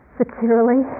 securely